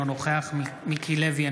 אינו כוח מיקי לוי,